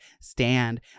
stand